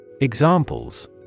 Examples